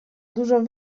dużo